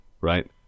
right